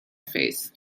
face